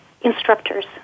instructors